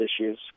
issues